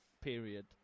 period